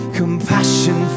compassion